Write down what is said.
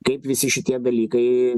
kaip visi šitie dalykai